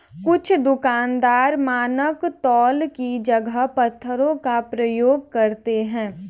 कुछ दुकानदार मानक तौल की जगह पत्थरों का प्रयोग करते हैं